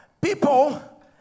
People